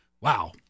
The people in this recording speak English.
Wow